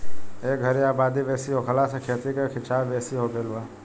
ए घरी आबादी बेसी होखला से खेती के खीचाव बेसी हो गई बा